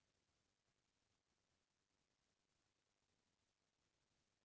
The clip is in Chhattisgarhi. गॉव म बहुते किसान मन छेरी बोकरा पालथें